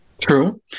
true